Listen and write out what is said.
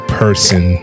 person